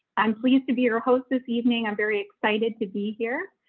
i'm pleased to be your host this evening. i'm very excited to be here.